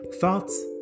Thoughts